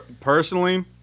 personally